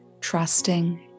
trusting